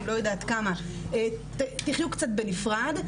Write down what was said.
קצת בנפרד.